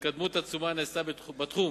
התקדמות עצומה נעשתה בתחום